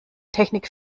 technik